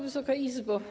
Wysoka Izbo!